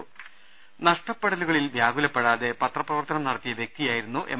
രുവെട്ടുമ നഷ്ടപ്പെടലുകളിൽ വ്യാകുലപ്പെടാതെ പത്രപ്രവർത്തനം നടത്തിയ വൃക്തിയായിരുന്നു എം